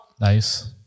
Nice